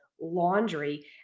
laundry